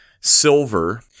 silver